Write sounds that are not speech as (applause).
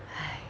(breath)